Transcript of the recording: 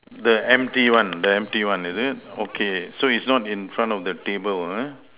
the empty one the empty one is it okay so it's not in front of the table uh